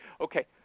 okay